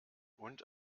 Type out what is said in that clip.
und